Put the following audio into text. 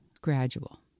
gradual